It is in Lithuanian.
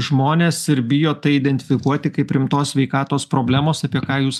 žmonės ir bijo tai identifikuoti kaip rimtos sveikatos problemos apie ką jūs